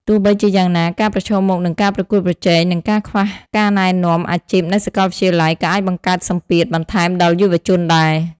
ទោះបីជាយ៉ាងណា ការប្រឈមមុខនឹងការប្រកួតប្រជែង និងការខ្វះការណែនាំអាជីពនៅសាកលវិទ្យាល័យក៏អាចបង្កើតសម្ពាធបន្ថែមដល់យុវជនដែរ។